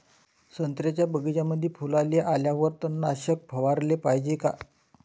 संत्र्याच्या बगीच्यामंदी फुलाले आल्यावर तननाशक फवाराले पायजे का?